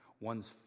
one's